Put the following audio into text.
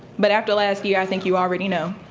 but after last year i think you already know.